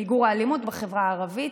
מיגור האלימות בחברה הערבית.